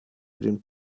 den